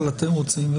אבל אתם רוצים?